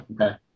Okay